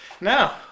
Now